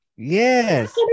yes